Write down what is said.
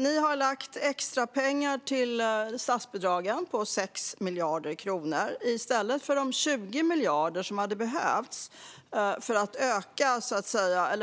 Man har lagt extrapengar till statsbidragen på 6 miljarder kronor i stället för de 20 miljarder som hade behövts för